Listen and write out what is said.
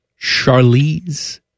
charlize